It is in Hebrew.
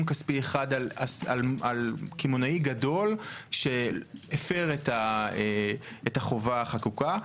כספי אחד על קמעונאי גדול שהפר את החובה החקוקה.